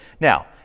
Now